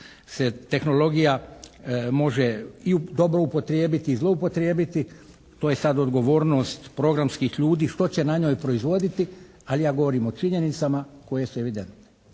se tehnologija može i dobro upotrijebiti i zloupotrijebiti, to je sad odgovornost programskih ljudi što će na njoj proizvoditi ali ja govorim o činjenicama koje su evidentne.